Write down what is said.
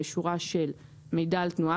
בשורה של "מידע על תנועה",